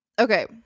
Okay